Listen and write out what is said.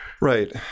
Right